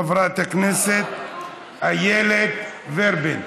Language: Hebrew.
חברת הכנסת איילת ורבין.